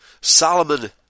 Solomon